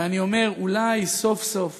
ואני אומר, אולי סוף-סוף